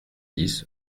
dix